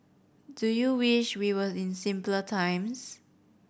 do you wish we were in simpler times